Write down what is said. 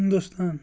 Hindustan